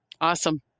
Awesome